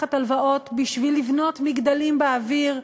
לקחת הלוואות בשביל לבנות מגדלים באוויר,